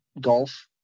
golf